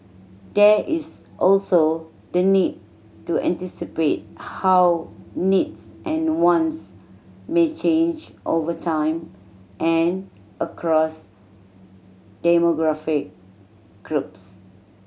there is also the need to anticipate how needs and wants may change over time and across demographic groups